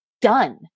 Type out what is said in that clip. done